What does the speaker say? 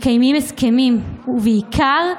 מקיימים הסכמים, ובעיקר,